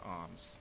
arms